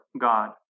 God